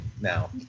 now